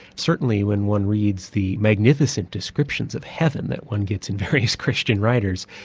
certainly when one reads the magnificent descriptions of heaven that one gets in various christian writers.